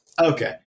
Okay